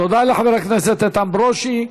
תודה לחבר הכנסת איתן ברושי.